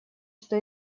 что